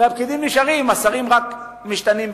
הרי הפקידים נשארים, השרים מתחלפים.